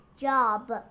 job